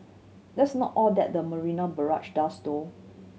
that's not all that the Marina Barrage does though